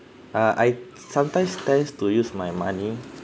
uh I sometimes tends to use my money